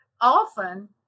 often